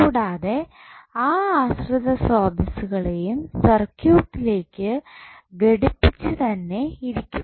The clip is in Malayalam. കൂടാതെ ആ ആശ്രിത സ്രോതസ്സുകളെല്ലാം സർക്യൂട്ട് ലേക്ക് ഘടിപ്പിച്ച് തന്നെ ഇരിക്കും